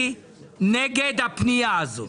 אני נגד הפנייה הזאת.